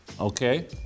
Okay